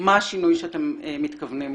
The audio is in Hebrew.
מה השינוי שאתם מתכוונים להחיל.